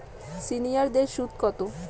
সিনিয়ারদের সুদ কত?